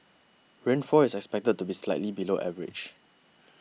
rainfall is expected to be slightly below average